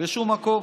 בשום מקום.